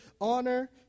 Honor